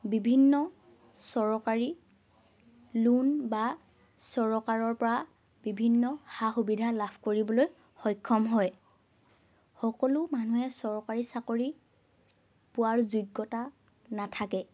বিভিন্ন চৰকাৰী লোন বা চৰকাৰৰ পৰা বিভিন্ন সা সুবিধা লাভ কৰিবলৈ সক্ষম হয় সকলো মানুহে চৰকাৰী চাকৰি পোৱাৰ যোগ্যতা নাথাকে